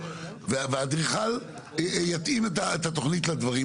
מתי יושב ראש וועדה מחוזית ייתן רשות ערעור על החלטת וועדה